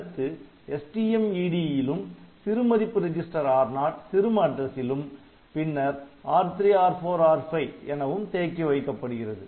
அடுத்து STMED லும் சிறு மதிப்பு ரெஜிஸ்டர் R0 சிறும அட்ரசிலும் பின்னர் R3 R4 R5 எனவும் தேக்கி வைக்கப்படுகிறது